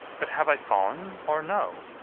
but have i fall'n, or no?